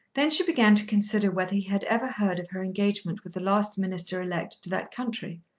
then she began to consider whether he had ever heard of her engagement with the last minister-elect to that country.